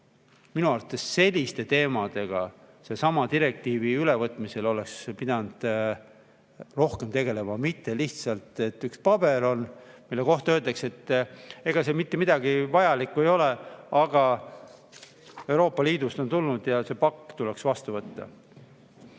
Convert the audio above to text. Minu arvates selliste teemadega sellesama direktiivi ülevõtmisel oleks pidanud rohkem tegelema, mitte lihtsalt, et on üks paber, mille kohta öeldakse, et ega seal mitte midagi vajalikku ei ole, aga Euroopa Liidust on see tulnud ja see pakk tuleks vastu võtta.